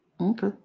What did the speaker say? okay